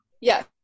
Yes